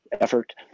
effort